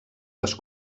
les